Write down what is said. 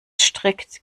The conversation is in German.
strikt